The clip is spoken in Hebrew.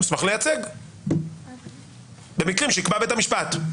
הוא מוסמך לייצג במקרים שיקבע בית המשפט.